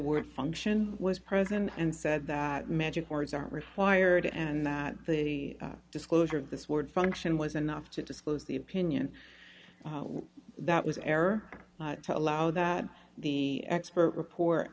word function was present and said that magic words aren't required and that the disclosure of this word function was enough to disclose the opinion that was error to allow that the expert report